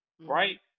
Right